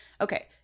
Okay